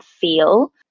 feel